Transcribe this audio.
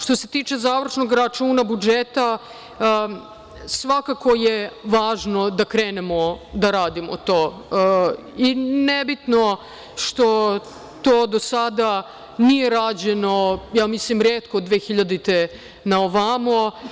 Što se tiče završnog računa budžeta, svakako je važno da krenemo da radimo to i nebitno što to do sada nije rađeno, ja mislim retko 2000. godine na ovamo.